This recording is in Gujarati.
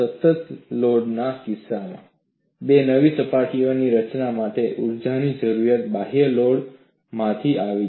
સતત લોડના કિસ્સામાં બે નવી સપાટીઓની રચના માટે ઊર્જાની જરૂરિયાત બાહ્ય લોડમાંથી આવી છે